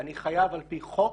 אני חייב על פי חוק